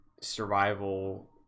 survival